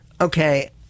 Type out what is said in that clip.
Okay